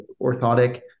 orthotic